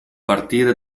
partire